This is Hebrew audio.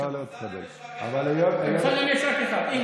אז רצית 14.5, לא, אמסלם יש רק אחד.